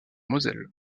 moselle